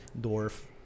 Dwarf